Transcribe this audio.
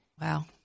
Wow